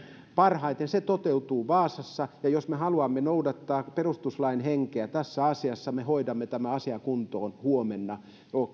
parhaiten se toteutuu vaasassa ja jos me haluamme noudattaa perustuslain henkeä tässä asiassa me hoidamme tämän asian kuntoon huomenna